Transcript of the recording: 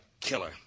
killer